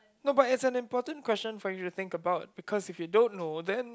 no but it's an important question for you think about because if you don't know then